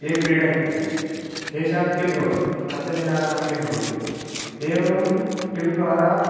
ये क्रीडन्ति तेषां टिं भवति सप्तजनानां टिं भवति एवं टिं द्वारा